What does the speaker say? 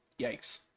yikes